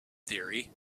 theory